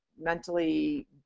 mentally